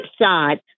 side